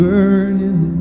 Burning